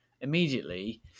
immediately